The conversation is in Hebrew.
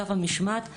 אגף המשמעת,